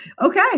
Okay